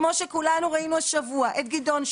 כמו שכולנו ראינו השבוע את גדעון שלום.